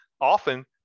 often